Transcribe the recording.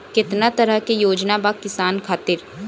केतना तरह के योजना बा किसान खातिर?